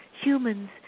humans